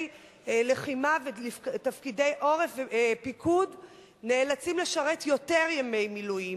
לחימה ותפקידי פיקוד נאלצים לשרת יותר ימי מילואים,